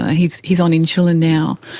ah he's he's on insulin now.